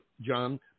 John